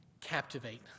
captivate